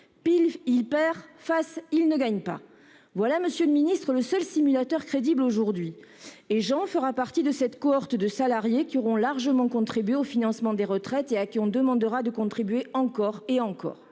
Pile, Jean perd ; face, il ne gagne pas ! C'est, monsieur le secrétaire d'État, le seul simulateur crédible aujourd'hui ! Jean fera partie de cette cohorte de salariés qui auront largement contribué au financement des retraites et à qui on demandera de contribuer encore et encore